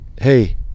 hey